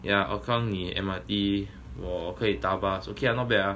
yeah hougang 你 M_R_T 我可以搭 bus okay not bad ah